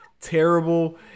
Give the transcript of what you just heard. terrible